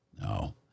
no